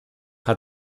hat